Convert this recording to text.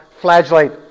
flagellate